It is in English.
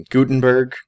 Gutenberg